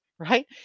right